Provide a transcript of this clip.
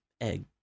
Egg